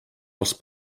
els